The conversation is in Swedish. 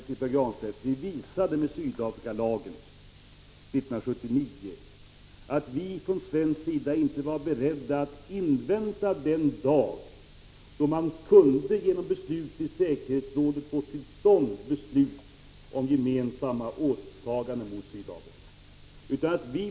Herr talman! Vi visade med Sydafrikalagen 1979 att vi från svensk sida inte var beredda att invänta den dag då man i säkerhetsrådet kunde få till stånd beslut om gemensamma åtaganden mot Sydafrika.